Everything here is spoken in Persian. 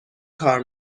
کار